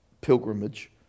pilgrimage